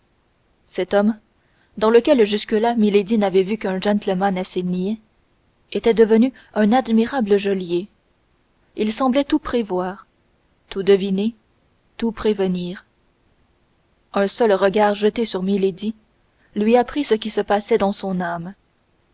cet homme dans lequel jusque-là milady n'avait vu qu'un gentleman assez niais était devenu un admirable geôlier il semblait tout prévoir tout deviner tout prévenir un seul regard jeté sur milady lui apprit ce qui se passait dans son âme